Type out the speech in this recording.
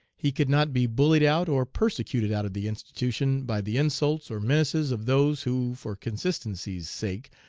he could not be bullied out or persecuted out of the institution by the insults or menaces of those who, for consistency's sake,